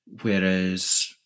Whereas